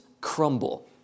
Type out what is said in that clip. crumble